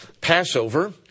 Passover